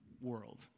world